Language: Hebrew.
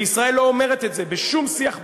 וישראל לא אומרת את זה בשום שיח בין-לאומי.